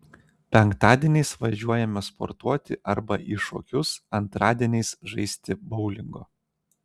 penktadieniais važiuojame sportuoti arba į šokius antradieniais žaisti boulingo